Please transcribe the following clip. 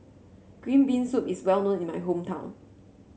Green Bean Soup is well known in my hometown